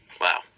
Wow